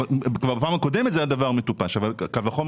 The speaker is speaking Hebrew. גם בפעם הקודמת זה היה דבר מטופש וקל וחומר